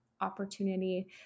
opportunity